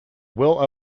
will